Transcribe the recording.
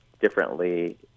differently